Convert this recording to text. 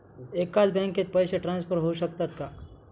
एकाच बँकेत पैसे ट्रान्सफर होऊ शकतात का?